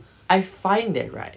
I find that right